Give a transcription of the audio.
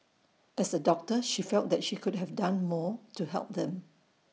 as A doctor she felt she could have done more to help them